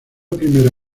primera